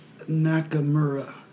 Nakamura